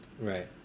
right